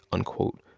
unquote,